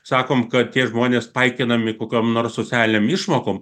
sakom kad tie žmonės kokiom nors socialinėm išmokom